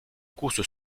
course